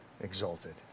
exalted